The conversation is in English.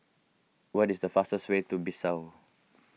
what is the fastest way to Bissau